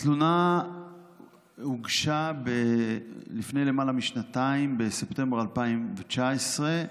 התלונה הוגשה לפני למעלה משנתיים, בספטמבר 2019,